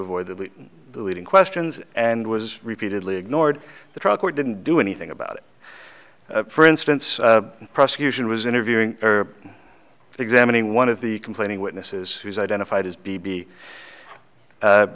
avoid the leading questions and was repeatedly ignored the trial court didn't do anything about it for instance the prosecution was interviewing or examining one of the complaining witnesses who was identified as b b